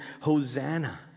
Hosanna